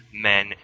men